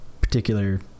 particular